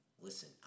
listen